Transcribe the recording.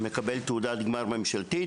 מקבל תעודת גמר ממשלתית,